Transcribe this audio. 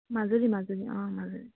মাজুলী মাজুলী অঁ মাজুলী